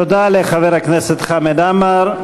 תודה לחבר הכנסת חמד עמאר.